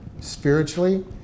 spiritually